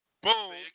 Boom